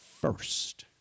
first